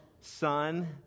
son